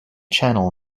channel